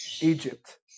Egypt